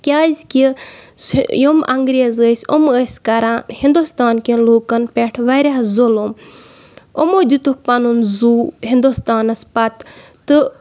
کیٛازِکہِ سُہ یِم انگریز ٲسۍ إمۍ ٲسۍ کَران ہِندوستان کٮ۪ن لُکَن پٮ۪ٹھ واریاہ ظلم یِمو دِتُکھ پَنُن زُو ہِندوستان نَس پَتہٕ تہٕ